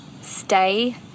stay